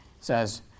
says